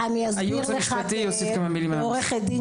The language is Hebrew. הייעוץ המשפטי יוסיף כמה מילים על הנושא.